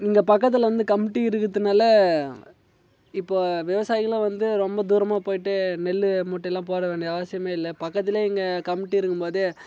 இங்கே பக்கத்தில் வந்து கமிட்டி இருக்குறதுனால இப்போ விவசாயிகளும் வந்து ரொம்ப தூரமாக போயிட்டு நெல்லு மூட்டையிலாம் போட வேண்டிய அவசியமே இல்லை பக்கத்தில் இங்கே கமிட்டி இருக்கும்போதே